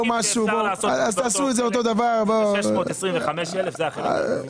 --- אפשר לעשות --- 625,000 זה --- בסדר.